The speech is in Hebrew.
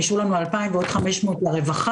אישרנו לנו 2,000 ועוד 500 לרווחה